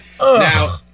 now